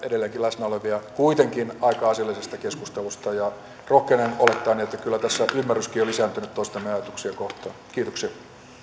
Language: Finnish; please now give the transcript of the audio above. edelleenkin läsnä olevia kuitenkin aika asiallisesta keskustelusta ja rohkenen olettaa niin että kyllä tässä ymmärryskin on lisääntynyt toistemme ajatuksia kohtaan kiitoksia